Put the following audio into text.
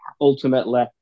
ultimately